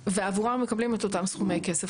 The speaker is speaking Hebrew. ועבורם הם מקבלים את אותם סכומי כסף.